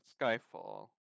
Skyfall